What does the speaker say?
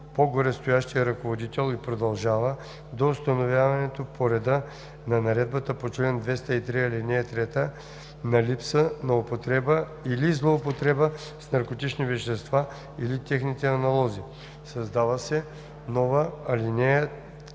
по-горестоящия ръководител и продължава до установяване по реда на наредбата по чл. 203, ал. 3 на липса на употреба или злоупотреба с наркотични вещества или техните аналози.“ 2. Създава се нова ал. 3: